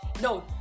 no